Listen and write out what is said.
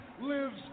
lives